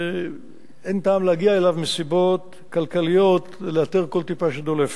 אין טעם להגיע אליו מסיבות כלכליות ולאתר כל טיפה שדולפת.